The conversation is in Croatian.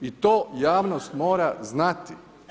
I to javnost mora znati.